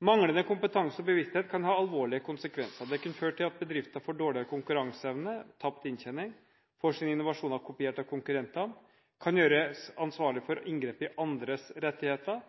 Manglende kompetanse og bevissthet kan ha alvorlige konsekvenser. Dette vil kunne føre til at bedrifter får dårligere konkurranseevne og tapt inntjening, at de får sine innovasjoner kopiert av konkurrenter, at de kan gjøres ansvarlig for